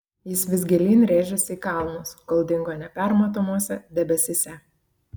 jis vis gilyn rėžėsi į kalnus kol dingo nepermatomuose debesyse